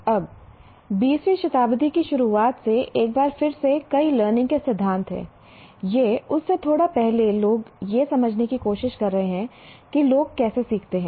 अब 20 वीं शताब्दी की शुरुआत से एक बार फिर से कई लर्निंग के सिद्धांत हैं या उससे थोड़ा पहले लोग यह समझने की कोशिश कर रहे हैं कि लोग कैसे सीखते हैं